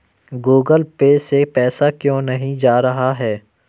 Google Pay से पैसा क्यों नहीं जा रहा है?